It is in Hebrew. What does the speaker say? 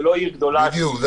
זו לא עיר גדולה -- בדיוק,